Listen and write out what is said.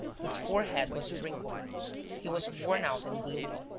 his forehead was wrinkled he was worn-out and gloomy.